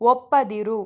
ಒಪ್ಪದಿರು